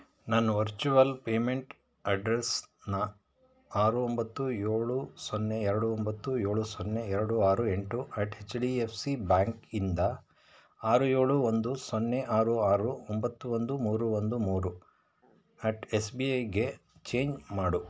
ನನ್ನ virtual payment ಅಡ್ರೆಸನ್ನು ಆರು ಒಂಬತ್ತು ಏಳು ಸೊನ್ನೆ ಎರಡು ಒಂಬತ್ತು ಏಳು ಸೊನ್ನೆ ಎರಡು ಆರು ಎಂಟು at H D F C ಬ್ಯಾಂಕಿಂದ ಆರು ಏಳು ಒಂದು ಸೊನ್ನೆ ಆರು ಆರು ಒಂಬತ್ತು ಒಂದು ಮೂರು ಒಂದು ಮೂರು ಎಟ್ ಎಸ್ ಬಿ ಐಗೆ ಚೇಂಜ್ ಮಾಡು